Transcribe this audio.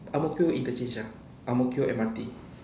Ang-Mo-Kio interchange ah Ang-Mo-Kio M_R_T